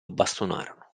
bastonarono